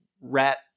rat